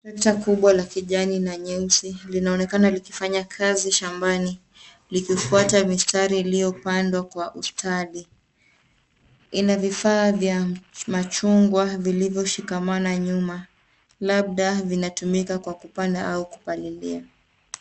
Trekta kubwa kijani na nyeusi linaonekana likifanya kazi shambani likifwata mistari ilio pandwa kwa ustadi ina vifaa vya machungwa vilivyo shikamana nyuma labda vinatumika kwa kupanda au kupalilia.